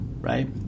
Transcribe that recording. right